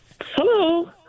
Hello